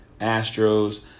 Astros